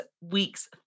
week's